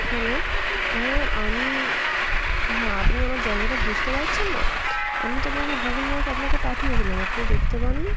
hello হ্যাঁ আমি হ্যাঁ আপনি আমার জায়গাটা বুঝতে পারছেন না আমি তো আপনাকে গুগল ম্যাপ আপনাকে পাঠিয়েছিলাম আপনি দেখতে পান নি